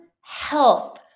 health